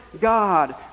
God